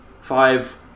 five